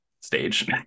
stage